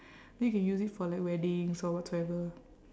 then you can use it for like weddings or whatsoever